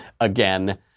Again